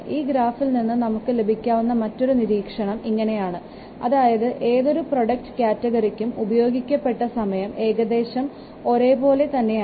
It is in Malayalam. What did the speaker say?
ഈ ഗ്രാഫിൽ നിന്ന് നമുക്ക് ലഭിക്കാവുന്ന മറ്റൊരു നിരീക്ഷണം ഇങ്ങനെയാണ് അതായത് ഏതൊരു പ്രോഡക്റ്റ് കാറ്റഗറിക്കും ഉപയോഗിക്കപ്പെട്ട സമയം ഏകദേശം ഒരേ പോലെ തന്നെയാണ്